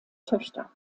töchter